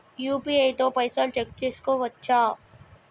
UPI తో పైసల్ check చేసుకోవచ్చా?